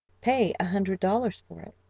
pay a hundred dollars for it.